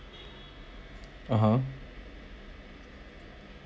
(uh huh)